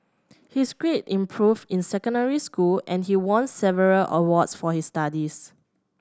his grades improved in secondary school and he won several awards for his studies